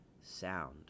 sound